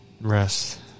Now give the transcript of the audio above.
rest